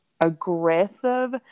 aggressive